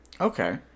Okay